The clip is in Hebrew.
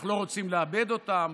אנחנו לא רוצים לאבד אותם.